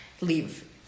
Leave